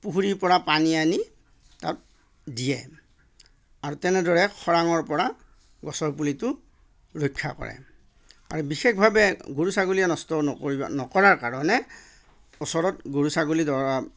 পুখুৰীৰ পৰা পানী আনি তাত দিয়ে আৰু তেনেদৰে খৰাঙৰ পৰা গছৰ পুলিটো ৰক্ষা কৰে আৰু বিশেষভাৱে গৰু ছাগলীয়ে নষ্ট নকৰিব নকৰাৰ কাৰণে ওচৰত গৰু ছাগলী ধৰ